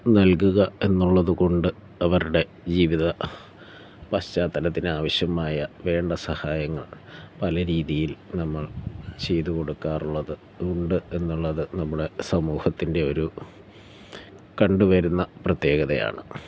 നൽകുക എന്നുള്ളതുകൊണ്ട് അവരുടെ ജീവിത പശ്ചാത്തലത്തിനാവശ്യമായ വേണ്ട സഹായങ്ങൾ പലരീതിയിൽ നമ്മൾ ചെയ്തു കൊടുക്കാറുള്ളത് ഉണ്ട് എന്നുള്ളത് നമ്മുടെ സമൂഹത്തിൻ്റെ ഒരു കണ്ടുവരുന്ന പ്രത്യേകതയാണ്